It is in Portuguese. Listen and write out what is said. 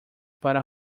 para